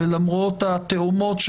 ולמרות התהומות,